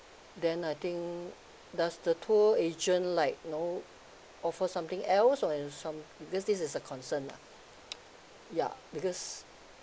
then I think does the tour agent like you know offer something else or and some because this is a concern lah ya because